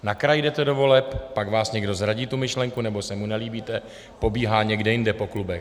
Na kraji jdete do voleb, pak vás někdo zradí, tu myšlenku, nebo se mu nelíbíte, pobíhá někde jinde po klubech.